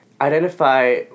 identify